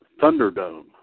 Thunderdome